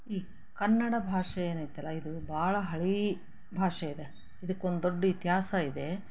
ಈ ಕನ್ನಡ ಭಾಷೆ ಏನೈತಲ್ಲ ಇದು ಭಾಳ ಹಳೇ ಭಾಷೆ ಇದೆ ಇದಕ್ಕೊಂದು ದೊಡ್ಡ ಇತಿಹಾಸ ಇದೆ